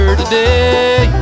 today